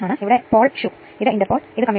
ഇപ്പോൾ Z e1 കണക്കുകൂട്ടുക